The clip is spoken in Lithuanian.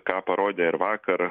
ką parodė ir vakar